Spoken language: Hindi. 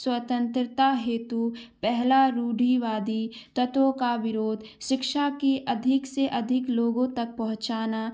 स्वतंत्रता हेतु पहला रुढ़ीवादी तत्वों का विरोध शिक्षा की अधिक से अधिक लोगों तक पहुँचाना